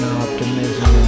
optimism